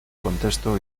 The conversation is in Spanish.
contexto